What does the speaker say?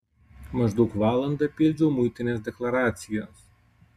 maždaug valandą pildžiau muitinės deklaracijas